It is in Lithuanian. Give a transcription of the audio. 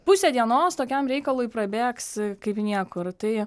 pusę dienos tokiam reikalui prabėgs kaip niekur tai